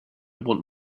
want